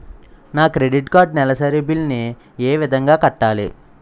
నా credit card నెలసరి bill ని ఏ విధంగా కట్టాలి?